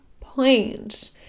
point